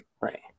Right